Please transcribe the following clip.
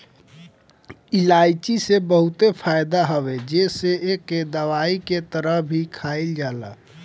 इलायची के बहुते फायदा हवे जेसे एके दवाई के तरह भी खाईल जाला